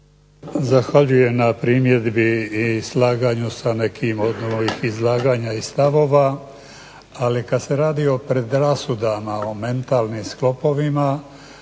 Zahvaljujem na primjedbi i slaganju sa nekim od mojih izlaganja i stavova, ali kada se radi o predrasudama, o mentalnim sklopovima